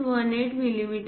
18 millimetre आहे